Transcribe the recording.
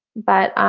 but